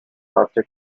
patria